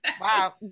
wow